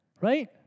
Right